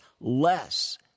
less